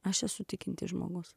aš esu tikintis žmogus